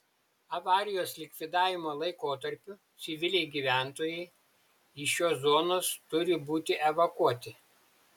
avarijos likvidavimo laikotarpiu civiliai gyventojai iš šios zonos turi būti evakuoti